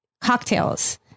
cocktails